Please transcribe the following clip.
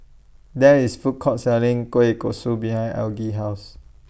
There IS Food Court Selling Kueh Kosui behind Algie's House